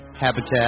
habitat